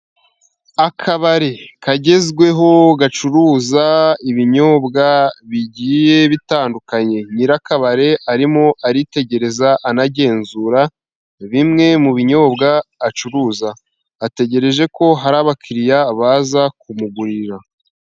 Akabari kagezweho ,gacuruza ibinyobwa bigiye bitandukanye. Nyiri Kabare arimo aritegereza, anagenzura bimwe mu binyobwa acuruza ,ategereje ko hari abakiriya baza kumugurira.